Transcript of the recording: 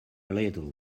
little